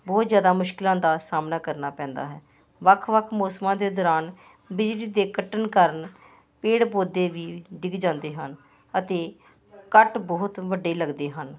ਬਹੁਤ ਜ਼ਿਆਦਾ ਮੁਸ਼ਕਿਲਾਂ ਦਾ ਸਾਹਮਣਾ ਕਰਨਾ ਪੈਂਦਾ ਹੈ ਵੱਖ ਵੱਖ ਮੌਸਮਾਂ ਦੇ ਦੌਰਾਨ ਬਿਜਲੀ ਦੇ ਕੱਟਣ ਕਾਰਨ ਪੇੜ ਪੌਦੇ ਵੀ ਡਿੱਗ ਜਾਂਦੇ ਹਨ ਅਤੇ ਕੱਟ ਬਹੁਤ ਵੱਡੇ ਲੱਗਦੇ ਹਨ